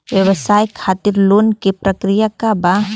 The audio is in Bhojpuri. व्यवसाय खातीर लोन के प्रक्रिया का बा?